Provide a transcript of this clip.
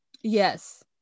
Yes